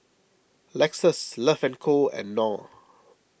Lexus Love and Co and Knorr